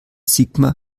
sigmar